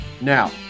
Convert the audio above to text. Now